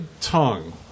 tongue